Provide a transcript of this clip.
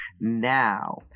now